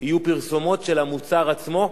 יהיו פרסומות של המוצר עצמו,